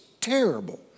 terrible